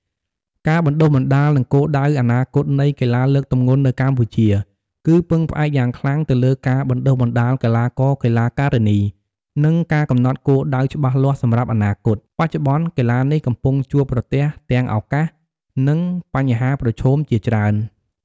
ការបណ្តុះបណ្តាល និងគោលដៅអនាគតនៃកីឡាលើកទម្ងន់នៅកម្ពុជា គឺពឹងផ្អែកយ៉ាងខ្លាំងទៅលើការបណ្តុះបណ្តាលកីឡាករ-កីឡាការិនី និងការកំណត់គោលដៅច្បាស់លាស់សម្រាប់អនាគត។ បច្ចុប្បន្ន កីឡានេះកំពុងជួបប្រទះទាំងឱកាស និងបញ្ហាប្រឈមជាច្រើន។